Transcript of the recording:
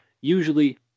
Usually